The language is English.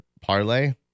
parlay